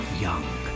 young